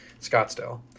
Scottsdale